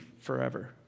forever